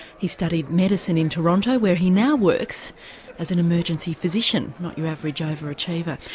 he studied medicine in toronto where he now works as an emergency physician, not your average over-achiever.